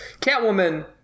Catwoman